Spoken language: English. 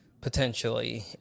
potentially